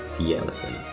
the elephant